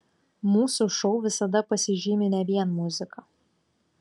mūsų šou visada pasižymi ne vien muzika